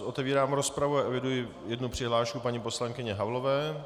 Otevírám rozpravu a eviduji jednu přihlášku paní poslankyně Havlové.